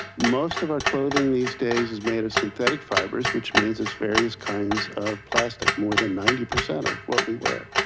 most of our clothing these days is made of synthetic fibers which means it's various kinds of plastic. more than ninety percent of what we wear.